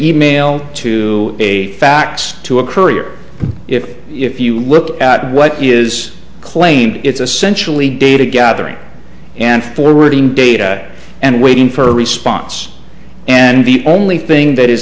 email to a fax to a courier if if you look at what is claimed it's essentially data gathering and forwarding data and waiting for a response and the only thing that is